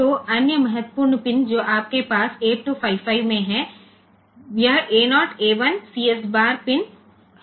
तो अन्य महत्वपूर्ण पिन जो आपके पास 8255 में हैं यह A 0 A 1 CS bar pin हैं